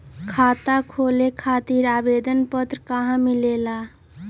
खाता खोले खातीर आवेदन पत्र कहा मिलेला?